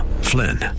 Flynn